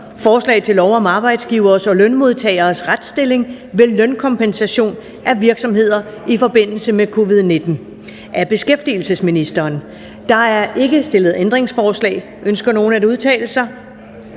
Forslag til lov om arbejdsgiveres og lønmodtageres retsstilling ved lønkompensation af virksomheder i forbindelse med covid-19. Af beskæftigelsesministeren (Peter Hummelgaard). (Fremsættelse